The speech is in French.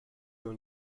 dans